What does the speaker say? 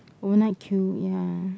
overnight queue ya